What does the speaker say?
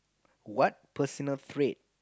what personal trait